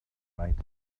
right